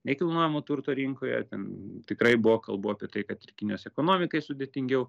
nekilnojamo turto rinkoje ten tikrai buvo kalbų apie tai kad ir kinijos ekonomikai sudėtingiau